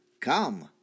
Come